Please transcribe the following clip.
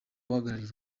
uhagarariye